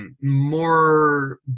More